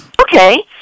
Okay